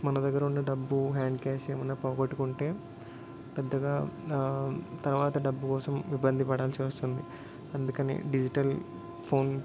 మన దగ్గర ఉన్న డబ్బు హ్యాండ్ క్యాష్ ఏమన్నా పోగొట్టుకుంటే పెద్దగా తర్వాత డబ్బు కోసం ఇబ్బంది పడాల్సి వస్తుంది అందుకని డిజిటల్ ఫోన్